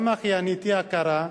גם אחייניתי היקרה,